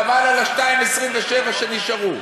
חבל על ה-2:27 דקות שנשארו.